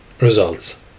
Results